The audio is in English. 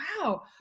wow